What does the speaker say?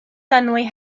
suddenly